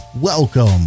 Welcome